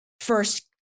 first